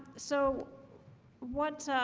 so what?